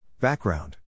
Background